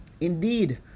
indeed